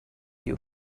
you